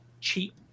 cheap